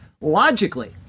Logically